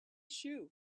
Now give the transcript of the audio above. shoe